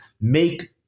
make